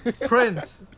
prince